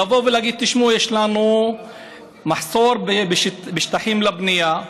להגיד: 'תשמעו יש לנו מחסור בשטחים לבנייה.